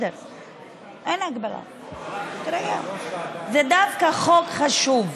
אדוני היושב-ראש, זה דווקא חוק חשוב.